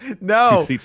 no